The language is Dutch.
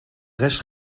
rest